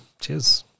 Cheers